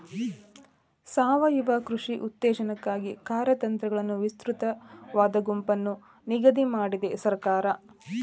ಸಾವಯವ ಕೃಷಿ ಉತ್ತೇಜನಕ್ಕಾಗಿ ಕಾರ್ಯತಂತ್ರಗಳನ್ನು ವಿಸ್ತೃತವಾದ ಗುಂಪನ್ನು ನಿಗದಿ ಮಾಡಿದೆ ಸರ್ಕಾರ